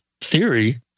theory